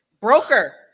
Broker